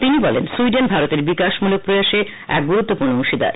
তিনি বলেন সুইডেন ভারতের বিকাশমূলক প্রয়াসে এক গুরুত্বপূর্ণ অংশীদার